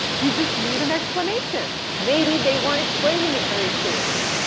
you just need an explanation. maybe they weren't explaining it very clearly.